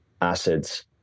acids